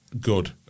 Good